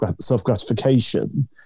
self-gratification